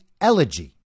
elegy